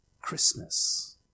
Christmas